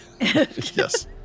yes